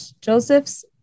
Joseph's